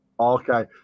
Okay